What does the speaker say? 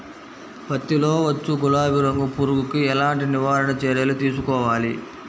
పత్తిలో వచ్చు గులాబీ రంగు పురుగుకి ఎలాంటి నివారణ చర్యలు తీసుకోవాలి?